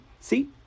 see